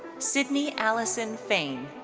sydney allison fain.